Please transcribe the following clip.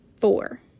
four